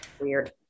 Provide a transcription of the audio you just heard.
Weird